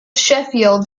sheffield